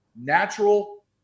natural